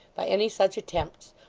by any such attempts,